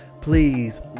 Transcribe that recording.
Please